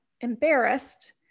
embarrassed